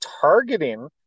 targeting